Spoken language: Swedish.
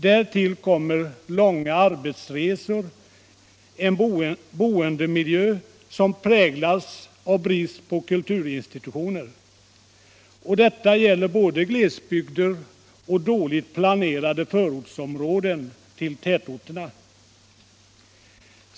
Därtill kommer långa arbetsresor och en boendemiljö som präglas av brist på kulturinstitutioner. Detta gäller både glesbygder och dåligt planerade förortsområden i tätorterna.